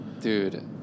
Dude